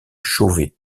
chauvet